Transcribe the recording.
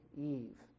Eve